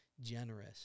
generous